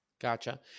Gotcha